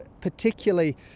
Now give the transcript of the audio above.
Particularly